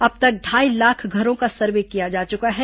अब तक ढाई लाख घरो का सर्वे किया जा चुका है